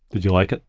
did you like ah